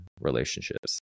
relationships